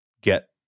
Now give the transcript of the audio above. get